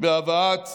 בהבאת